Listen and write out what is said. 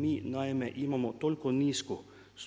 Mi naime imamo toliko